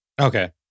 Okay